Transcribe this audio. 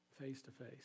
face-to-face